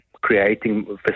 creating